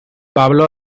pablo